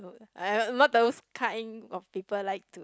I'm not those kind of people like to